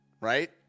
right